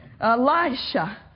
Elisha